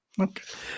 Okay